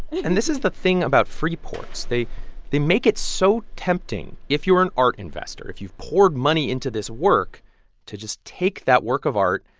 and this is the thing about free ports. they they make it so tempting. if you're an art investor if you've poured money into this work to just take that work of art,